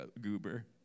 goober